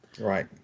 Right